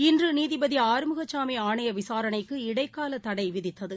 இன்றுநீதிபதிஆறுமுகசாமிஆணையவிசாரணைக்கு இடைக்காலதடைவிதித்தது